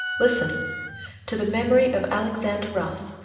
listen to the memory of alexander ross,